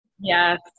Yes